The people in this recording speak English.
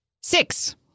Six